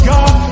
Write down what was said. God